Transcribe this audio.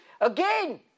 again